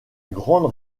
grande